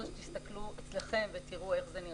זאת שתסתכלו אצלכם ותראו איך זה נראה.